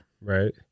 Right